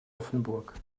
offenburg